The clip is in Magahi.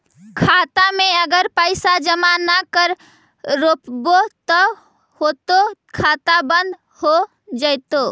खाता मे अगर पैसा जमा न कर रोपबै त का होतै खाता बन्द हो जैतै?